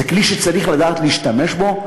זה כלי שצריך לדעת להשתמש בו,